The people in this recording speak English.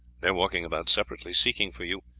they are walking about separately seeking for you.